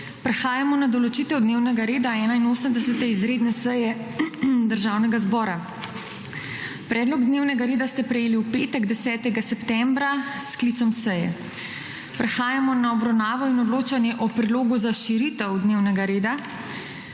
Prehajamo na določitev dnevnega reda 81. izredne seje Državnega zbora. Predlog dnevnega reda ste prejeli v petek, 10. septembra 2021, s sklicem seje. Prehajamo na obravnavo in odločanje o predlogu za širitev dnevnega reda.